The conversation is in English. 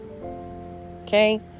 okay